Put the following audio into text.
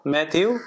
Matthew